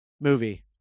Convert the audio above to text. movie